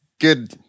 good